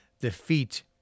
defeat